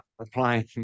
applying